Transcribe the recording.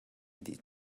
dih